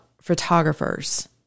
photographers